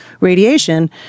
radiation